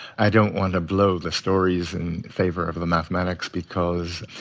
i don't want to blow the stories in favor of the mathematics because,